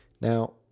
Now